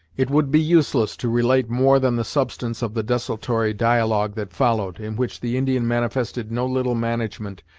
it would be useless to relate more than the substance of the desultory dialogue that followed, in which the indian manifested no little management,